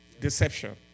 Deception